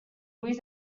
luis